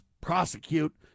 prosecute